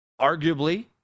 arguably